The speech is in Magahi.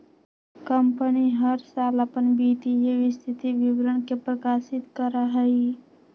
कंपनी हर साल अपन वित्तीय स्थिति विवरण के प्रकाशित करा हई